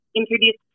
introduce